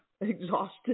exhausted